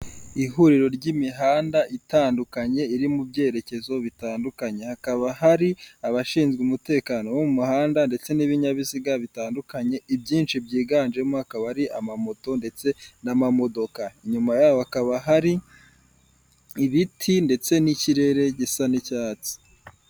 hIuriro ry'imihanda itandukanye iri mu byerekezo bitandukanye, hakaba hari abashinzwe umutekano bo mu muhanda ndetse n'ibinyabiziga bitandukanye, ibyinshi byiganjemo akaba ari amamoto ndetse n'amamodoka, inyuma y'aho hakaba hari ibiti ndetse n'ikirere gisa n'icyatsi.